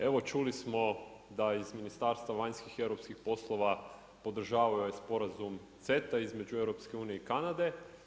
Evo čuli smo da iz Ministarstva vanjskih i europskih poslova, podržavaju ovaj sporazum CETA između EU i Kanade.